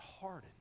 hardened